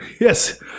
Yes